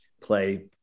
play